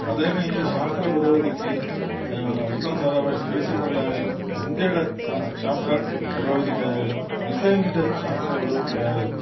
അദ്ദേഹം ഈ ശാസ്ത്ര പുരോഗതിക്ക് വിക്രം സാരാഭായി സ്പേസ് സെൻ്ററിലായാലും ഇന്ത്യയുടെ ശാസ്ത്ര പുരോഗതിക്ക് ആയാലും മിസൈലിൻ്റെ ശാസ്ത്ര പുരോഗതിക്ക് ആയാലും